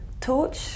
torch